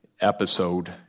episode